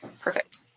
Perfect